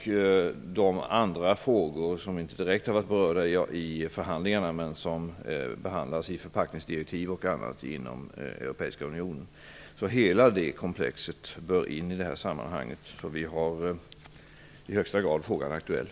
Det gäller även andra frågor som inte direkt har berörts i förhandlingarna men som behandlas i förpackningsdirektivetc. inom Europeiska unionen. Hela detta komplex bör föras in i sammanhanget. Vi håller i högsta grad frågan aktuell.